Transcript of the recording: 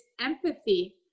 empathy